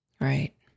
Right